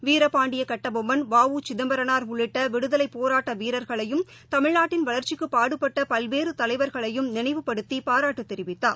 வீரபாண்டியகட்டபொம்மன் வஉ சிதம்பரனார் உள்ளிட்டவிடுதலைபோராட்டவீரர்களையும் தமிழ்நாட்டின் வளர்ச்சிக்குபாடுபட்டபல்வேறுதலைவர்களையும் நினைவுப்படுத்திபாராட்டுதெரிவித்தார்